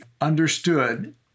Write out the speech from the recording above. understood